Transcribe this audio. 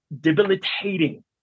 debilitating